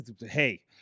Hey